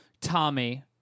Tommy